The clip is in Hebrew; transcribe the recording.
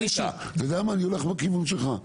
אתה יודע מה, אני הולך בכיוון שלך,